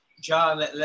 John